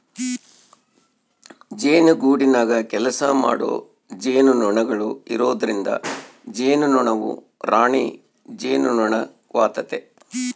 ಜೇನುಗೂಡಿನಗ ಕೆಲಸಮಾಡೊ ಜೇನುನೊಣಗಳು ಇರೊದ್ರಿಂದ ಜೇನುನೊಣವು ರಾಣಿ ಜೇನುನೊಣವಾತತೆ